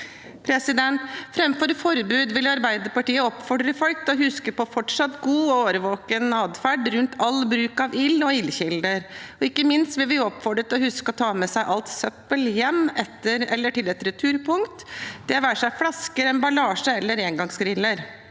Framfor forbud vil Arbeiderpartiet oppfordre folk til å huske på fortsatt god og årvåken atferd rundt all bruk av ild og ildkilder. Og ikke minst vil vi oppfordre til å huske å ta med seg alt søppel hjem eller til et returpunkt, det være seg flasker, emballasje eller engangsgriller.